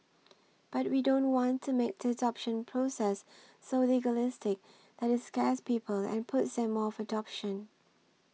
but we don't want to make the adoption process so legalistic that it scares people and puts them off adoption